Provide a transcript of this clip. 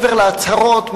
מעבר להצהרות,